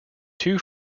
two